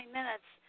minutes